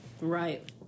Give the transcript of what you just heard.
Right